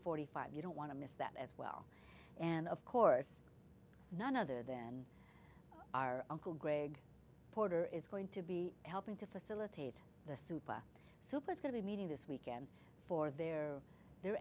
forty five you don't want to miss that as well and of course none other than our uncle greg porter is going to be helping to facilitate the super super is going to be meeting this weekend for their their